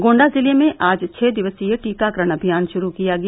गोण्डा जिले में आज छः दिवसीय टीकाकरण अभियान शुरू किया गया